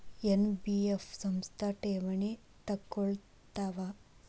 NBF ಸಂಸ್ಥಾ ಠೇವಣಿ ತಗೋಳ್ತಾವಾ?